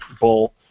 bull